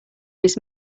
miss